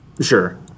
Sure